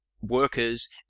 workers